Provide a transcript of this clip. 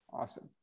Awesome